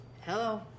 Hello